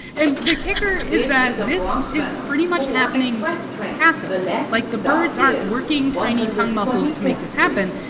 and the kicker is that this is pretty much happening passively. like, the birds aren't working tiny tongue muscles to make this happen.